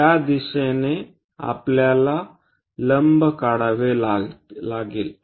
त्या दिशेने आपल्याला लंब काढावे लागेल